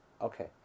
Okay